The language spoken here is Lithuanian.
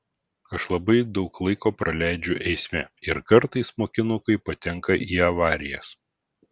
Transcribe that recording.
aš labai daug laiko praleidžiu eisme ir kartais mokinukai patenka į avarijas